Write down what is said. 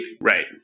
Right